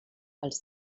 pels